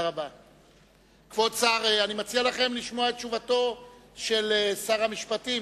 אני מציע לכן לשמוע את תשובתו של שר המשפטים.